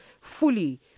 fully